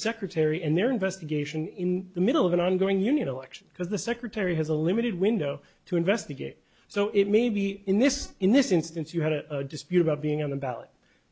secretary and their investigation in the middle of an ongoing union election because the secretary has a limited window to investigate so it may be in this in this instance you had a dispute about being on the ballot